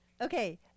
okay